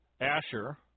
Asher